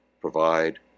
provide